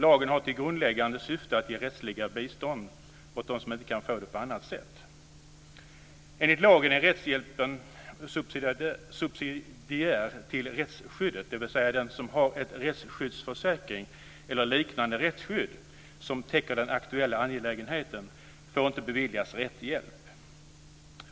Lagen har till grundläggande syfte att ge rättsliga bistånd åt dem som inte kan få det på annat sätt. Enligt lagen är rättshjälpen subsidiär till rättsskyddet, dvs. den som har en rättsskyddsförsäkring eller liknande rättsskydd som täcker den aktuella angelägenheten får inte beviljas rättshjälp.